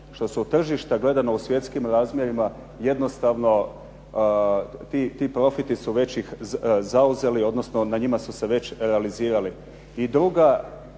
što su tržišta gledano u svjetskim razmjerima jednostavno ti profiti su već ih zauzeli, odnosno na njima su se već realizirali. I druga